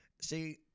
See